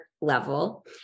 level